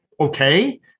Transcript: okay